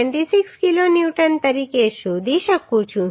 26 kilonewton તરીકે શોધી શકું છું